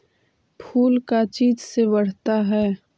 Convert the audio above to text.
फूल का चीज से बढ़ता है?